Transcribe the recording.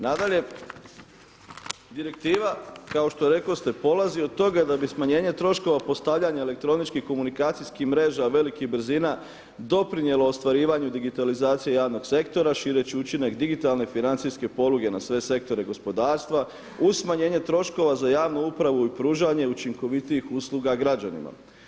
Nadalje, direktiva kao što rekoste polazi od toga da bi smanjenje troškova postavljanja elektroničkih komunikacijskih mreža velikih brzina doprinijelo ostvarivanju digitalizacije javnog sektora šireći učinak digitalne financijske poluge na sve sektore gospodarstva uz smanjenje troškova za javnu upravu i pružanje učinkovitijih usluga građanima.